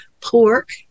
pork